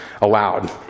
allowed